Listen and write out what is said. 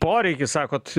poreikis sakot